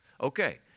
Okay